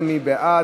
מי בעד?